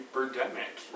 Birdemic